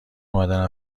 مادرم